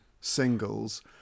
singles